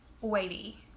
weighty